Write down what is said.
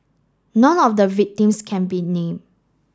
none of the victims can be name